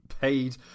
paid